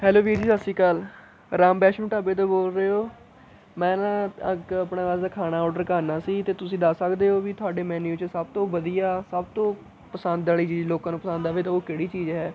hello ਵੀਰ ਜੀ ਸਤਿ ਸ਼੍ਰੀ ਅਕਾਲ ਰਾਮ ਵੈਸ਼ਨੂੰ ਢਾਬੇ ਤੋਂ ਬੋਲ ਰਹੇ ਹੋ ਮੈਂ ਨਾ ਇੱਕ ਆਪਣੇ ਵਾਸਤੇ ਖਾਣਾ ਔਡਰ ਕਰਨਾ ਸੀ ਅਤੇ ਤੁਸੀਂ ਦੱਸ ਸਕਦੇ ਹੋ ਵੀ ਤੁਹਾਡੇ ਮੈਨਿਊ 'ਚ ਸਭ ਤੋਂ ਵਧੀਆ ਸਭ ਤੋਂ ਪਸੰਦ ਵਾਲ਼ੀ ਚੀਜ਼ ਲੋਕਾਂ ਨੂੰ ਪਸੰਦ ਆਵੇ ਤਾਂ ਉਹ ਕਿਹੜੀ ਚੀਜ਼ ਹੈ